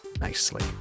nicely